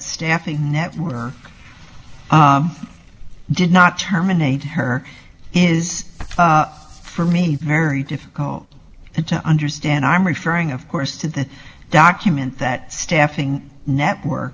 staffing netminder did not terminate her is for me very difficult to understand i'm referring of course to the document that staffing network